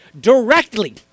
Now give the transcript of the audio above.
directly